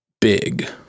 big